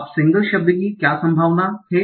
अब सिंगल शब्द की क्या संभावना क्या है